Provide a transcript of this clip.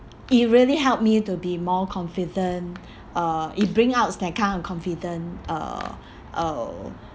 it really helped me to be more confident uh it bring out that kind of confident uh uh